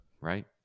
right